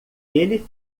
ele